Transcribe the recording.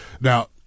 Now